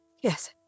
Yes